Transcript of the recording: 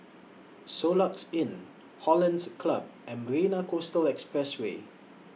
Soluxe Inn Hollandse Club and Marina Coastal Expressway